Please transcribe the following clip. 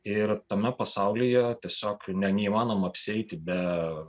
ir tame pasaulyje tiesiog ne neįmanoma apsieiti be